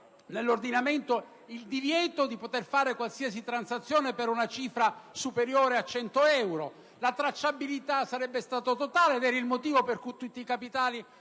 nell'ordinamento il divieto di effettuare in contanti qualsiasi transazione di importo superiore a 100 euro. La tracciabilità sarebbe stata totale, ed era il motivo per cui tutti i capitali